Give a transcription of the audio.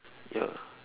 ya